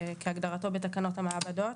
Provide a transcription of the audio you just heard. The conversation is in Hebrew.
כהגדרתו בתקנות המעבדות.